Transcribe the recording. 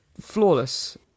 flawless